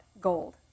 gold